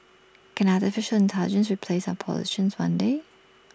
can Artificial Intelligence replace our politicians one day